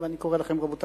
רגילה ויש, ברגיל.